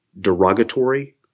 derogatory